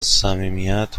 صمیمیت